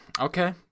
Okay